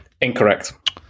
Incorrect